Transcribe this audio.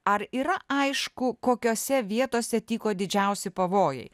ar yra aišku kokiose vietose tyko didžiausi pavojai